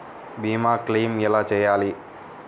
భీమ క్లెయిం ఎలా చేయాలి?